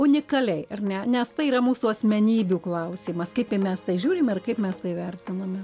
unikaliai ar ne nes tai yra mūsų asmenybių klausimas kaip į mes tai žiūrim ir kaip mes tai vertiname